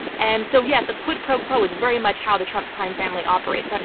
and so, yes, a quid pro quo is very much how the trump crime family operates. but